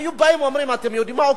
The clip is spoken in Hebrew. היו באים ואומרים: אתם יודעים מה?